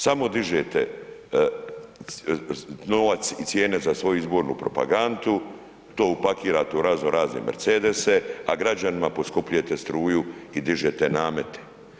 Samo dižete novac i cijene za svoju izbornu propagandu, to upakirate u razno razne Mercedese a građanima poskupljujete struju i dižete namete.